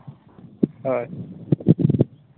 ᱦᱮᱸ